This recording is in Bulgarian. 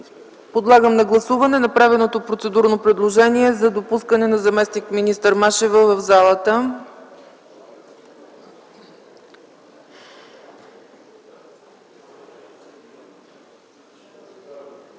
Подлагам на гласуване направеното процедурно предложение за допускане на заместник-министър Даниела Машева